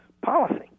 policy